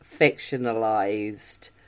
fictionalized